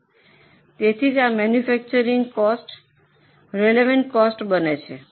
તેથી જ આ મૈન્યફૈક્ચરિંગ કોસ્ટ રેલવન્ટ કોસ્ટ બને છે